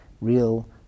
Real